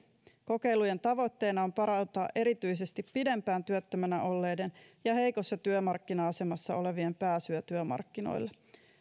kokeilujen tavoitteena on parantaa erityisesti pidempään työttömänä olleiden ja heikossa työmarkkina asemassa olevien pääsyä työmarkkinoille